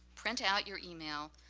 print out your email,